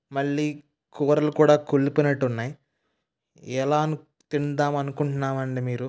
మళ్ళీ కూరలు కూడా కుళ్ళిపోయినట్టు ఉన్నాయి ఎలా తింటామని అనుకుంటున్నారండి మీరు